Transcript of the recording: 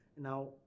Now